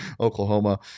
Oklahoma